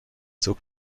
zur